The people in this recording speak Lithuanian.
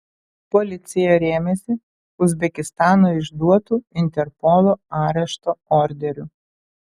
policija rėmėsi uzbekistano išduotu interpolo arešto orderiu